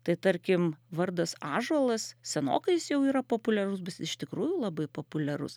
tai tarkim vardas ąžuolas senokai jis jau yra populiarus bus iš tikrųjų labai populiarus